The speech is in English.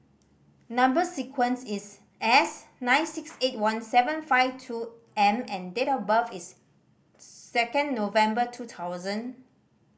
number sequence is S nine six eight one seven five two M and date of birth is second November two thousand